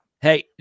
Hey